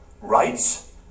rights